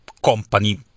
company